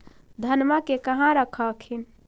धनमा के कहा रख हखिन?